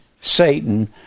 Satan